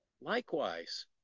likewise